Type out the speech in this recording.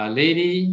lady